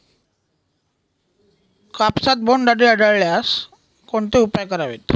कापसात बोंडअळी आढळल्यास कोणते उपाय करावेत?